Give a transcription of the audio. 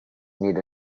need